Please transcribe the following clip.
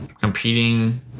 competing